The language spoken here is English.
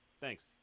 Thanks